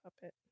puppet